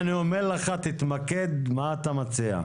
אני אוכל לדבר --- לכן אני אומר לך תתמקד במה שאתה מציע.